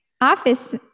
office